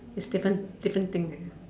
is different different thing leh